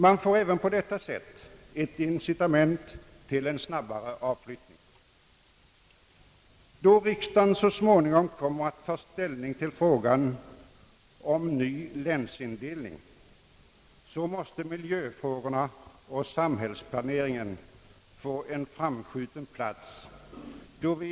Man får även på detta sätt ett incitament till en snabbare avflyttning. Då riksdagen så småningom kommer att ta ställning till frågan om en ny länsindelning, måste miljöfrågorna och samhällsplaneringen få en framskjuten plats.